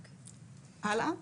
הלאה,